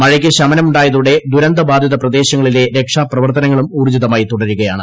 മഴയ്ക്ക് ശമനമുണ്ടായതോടെ ദൂരന്ത ബാധിത പ്രദേശങ്ങളിലെ രക്ഷാ പ്രവർത്തനങ്ങളും ഉൌർജ്ജിതമായി തുടരുകയാണ്